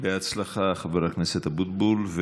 בהצלחה, חבר הכנסת אבוטבול.